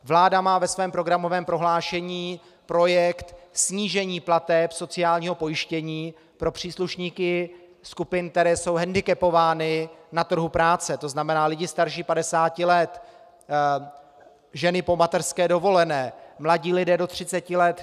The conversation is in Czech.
Vláda má ve svém programovém prohlášení projekt snížení plateb sociálního pojištění pro příslušníky skupin, které jsou hendikepovány na trhu práce, to znamená lidi starší padesáti let, ženy po mateřské dovolené, mladí lidé do třiceti let.